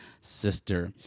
sister